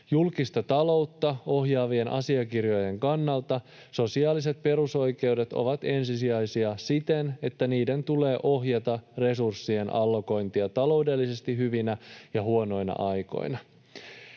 Julkista taloutta ohjaavien asiakirjojen kannalta sosiaaliset perusoikeudet ovat ensisijaisia siten, että niiden tulee ohjata resurssien allokointia taloudellisesti hyvinä ja huonoina aikoina.”